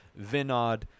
Vinod